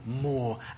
more